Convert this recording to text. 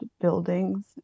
buildings